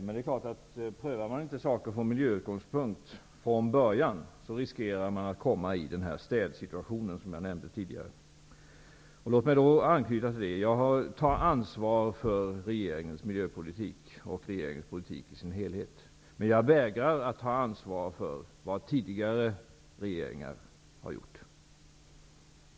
Men om inte saker prövas från början med utgångspunkt i miljön, riskerar man att komma in i den städsituation som jag nämnde tidigare. Jag tar ansvar för regeringens miljöpolitik och för regeringens politik i sin helhet. Men jag vägrar att ta ansvar för vad tidigare regeringar har gjort.